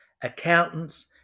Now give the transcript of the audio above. accountants